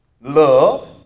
Love